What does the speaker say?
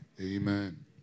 Amen